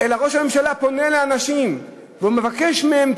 אלא ראש הממשלה פונה לאנשים ומבקש מהם,